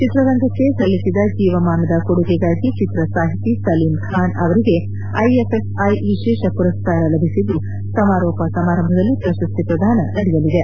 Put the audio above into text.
ಚಿತ್ರರಂಗಕ್ಕೆ ಸಲ್ಲಿಸಿದ ಜೀವಮಾನದ ಕೊಡುಗೆಗಾಗಿ ಚಿತ್ರ ಸಾಹಿತಿ ಸಲೀಂ ಖಾನ್ ಅವರಿಗೆ ಐಎಫ್ಎಫ್ಐ ವಿಶೇಷ ಪುರಸ್ಕಾರ ಲಭಿಸಿದ್ದು ಸಮಾರೋಪ ಸಮಾರಂಭದಲ್ಲಿ ಪ್ರಶಸ್ತಿ ಪ್ರದಾನ ನಡೆಯಲಿದೆ